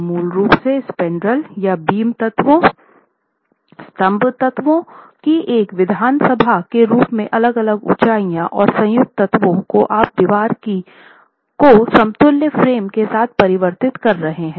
तो मूल रूप से स्पैन्ड्रेल या बीम तत्वों स्तंभ तत्वों की एक विधानसभा के रूप में अलग अलग ऊंचाइयों और संयुक्त तत्वों को आप दीवार को समतुल्य फ्रेम के साथ परिवर्तित कर रहे हैं